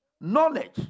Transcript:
Knowledge